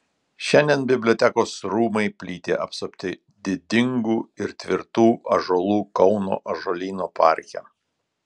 šiandien bibliotekos rūmai plyti apsupti didingų ir tvirtų ąžuolų kauno ąžuolyno parke